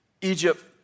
Egypt